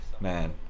man